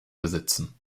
besitzen